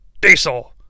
Diesel